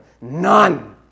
None